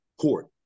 court